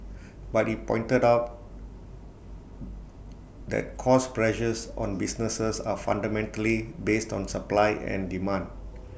but he pointed out that cost pressures on businesses are fundamentally based on supply and demand